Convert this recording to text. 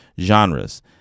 genres